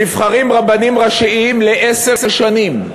נבחרים רבנים ראשיים לעשר שנים.